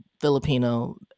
Filipino